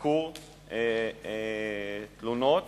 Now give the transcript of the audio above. חיקור תלונות